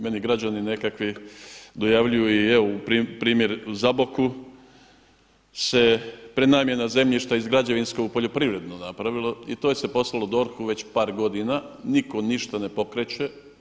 Meni građani nekakvi dojavljuju i evo primjer u Zaboku se prenamjena zemljišta iz građevinskog u poljoprivrednu napravilo i to se poslalo DORH-u već par godina, nitko ništa ne pokreće.